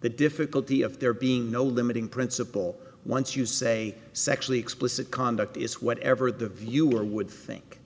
the difficulty of there being no limiting principle once you say sexually explicit conduct is whatever the viewer would think